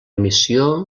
missió